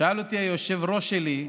שאל אותי היושב-ראש שלי,